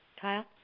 Kyle